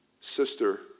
Sister